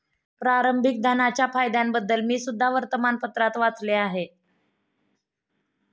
प्रारंभिक धनाच्या फायद्यांबद्दल मी सुद्धा वर्तमानपत्रात वाचले आहे